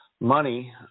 Money